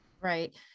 Right